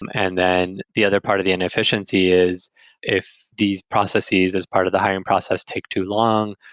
um and then the other part of the inefficiency is if these processes, as part of the hiring process, take too long,